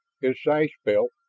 his sash-belt,